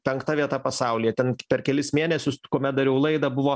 penktą vietą pasaulyje ten per kelis mėnesius kuomet dariau laidą buvo